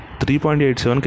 3.87